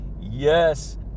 Yes